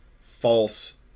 false